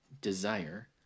desire